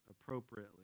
appropriately